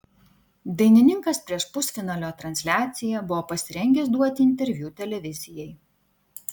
dainininkas prieš pusfinalio transliaciją buvo pasirengęs duoti interviu televizijai